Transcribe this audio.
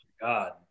God